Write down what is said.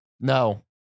No